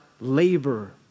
labor